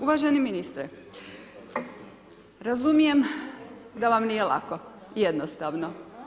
Uvaženi ministre, razumijem da vam nije lako, jednostavno.